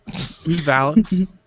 Valid